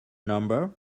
number